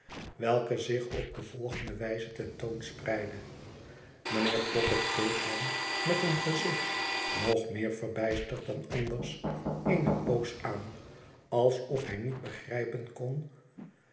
welke zich op de volgende wijze ten toon spreidde mijnheer pocket keek hen met een gezicht nog meer verbijsterd dan anders eene poos aan alsof hij niet begrijpen kon